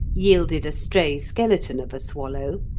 yielded a stray skeleton of a swallow,